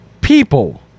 people